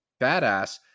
badass